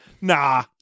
Nah